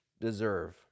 deserve